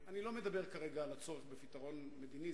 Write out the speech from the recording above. אני לא מדבר כרגע על הצורך בפתרון מדיני,